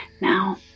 Now